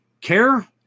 Care